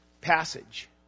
passage